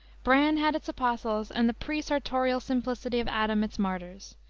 bran had its apostles and the pre-sartorial simplicity of adam its martyrs,